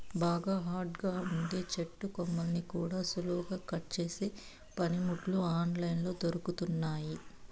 బాగా హార్డ్ గా ఉండే చెట్టు కొమ్మల్ని కూడా సులువుగా కట్ చేసే పనిముట్లు ఆన్ లైన్ లో దొరుకుతున్నయ్యి